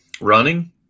running